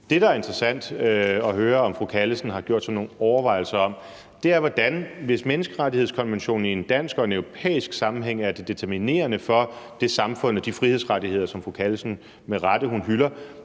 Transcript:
Det, det er interessant at høre om fru Anne Sophie Callesen gjort sig nogle overvejelser om, er, hvordan – hvis menneskerettighedskonventionen i en dansk og europæisk sammenhæng er det determinerende for det samfund og de frihedsrettigheder, som fru Anne Sophie Callesen med rette hylder,